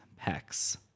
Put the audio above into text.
pecs